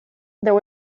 there